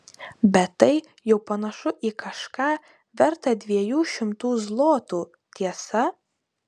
bet tai jau panašu į kažką vertą dviejų šimtų zlotų tiesa